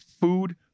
food